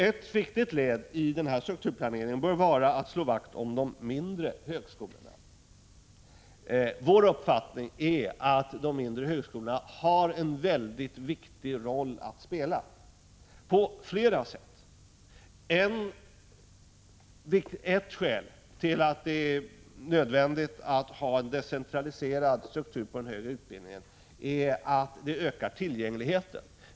Ett viktigt led i denna planering bör vara att slå vakt om de mindre högskolorna. Vår uppfattning är att de mindre högskolorna på flera sätt har en mycket viktig roll att spela. Ett skäl till att det är nödvändigt att ha en decentraliserad struktur inom den högre utbildningen är att tillgängligheten därmed ökar.